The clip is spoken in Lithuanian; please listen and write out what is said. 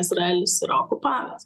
izraelis yra okupavęs